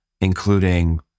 including